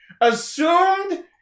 assumed